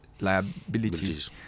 liabilities